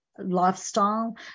lifestyle